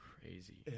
crazy